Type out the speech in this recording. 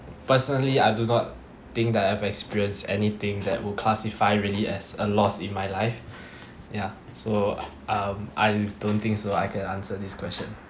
personally I do not think that I've experienced anything that would classify really as a loss in my life ya so um I don't think so I can answer this question